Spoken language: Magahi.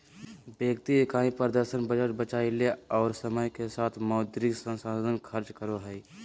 व्यक्ति इकाई प्रदर्शन बजट बचावय ले और समय के साथ मौद्रिक संसाधन खर्च करो हइ